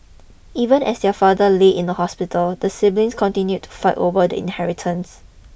even as their father lay in the hospital the siblings continued to fight over the inheritance